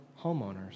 homeowners